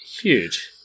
Huge